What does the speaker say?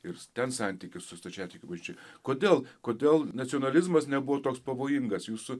ir ten santykius su stačiatikių bažnyčia kodėl kodėl nacionalizmas nebuvo toks pavojingas jūsų